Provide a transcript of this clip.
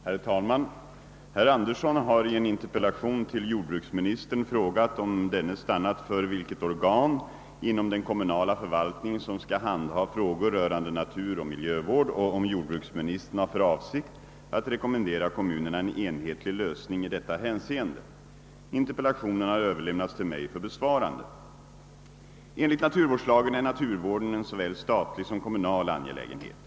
Herr talman! Herr Andersson i Storfors "hår i en interpellation till jordbruksministern frågat om denne stannat för vilket organ inom den kommunala förvaltningen som skall handha frågor rörande naturoch miljövård och om jordbruksministern har för avsikt att rekommendera kommunerna en enhetlig lösning i detta hänseende. Interpellationen har överlämnats till mig för besvarande. den en såväl statlig som kommunal angelägenhet.